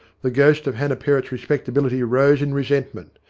the ghost of hannah perrott's respecta bility rose in resentment.